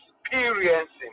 experiencing